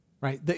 Right